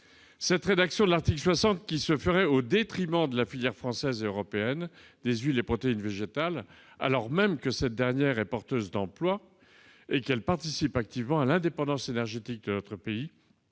Cette rédaction de l'article 60, qui se ferait au détriment de la filière française et européenne des huiles et protéines végétales, alors même que cette dernière est porteuse d'emplois et qu'elle participe activement à l'indépendance énergétique de notre pays